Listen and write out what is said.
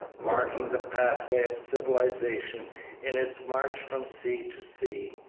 marking the pathway of civilization in its march from sea to sea,